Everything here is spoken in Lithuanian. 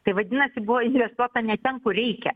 tai vadinasi buvo investuota ne ten kur reikia